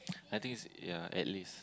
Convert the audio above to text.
I think it's ya at least